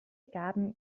gaben